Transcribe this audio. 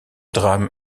drame